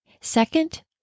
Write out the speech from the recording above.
Second